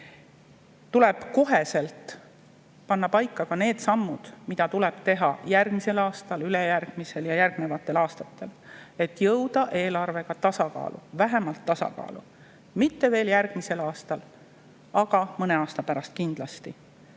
tuleb kohe panna paika ka need sammud, mida tuleb teha järgmisel aastal, ülejärgmisel aastal ja järgnevatel aastatel, et jõuda eelarvega tasakaalu, vähemalt tasakaalu. Mitte veel järgmisel aastal, aga mõne aasta pärast kindlasti.